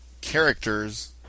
characters